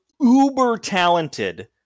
uber-talented